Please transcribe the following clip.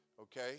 Okay